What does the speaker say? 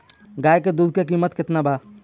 गाय के दूध के कीमत केतना बा?